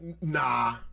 nah